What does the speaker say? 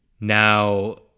Now